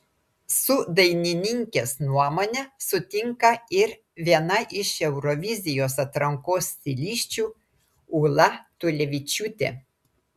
su dainininkės nuomone sutinka ir viena iš eurovizijos atrankos stilisčių ūla tulevičiūtė